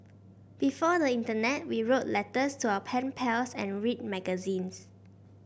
before the internet we wrote letters to our pen pals and read magazines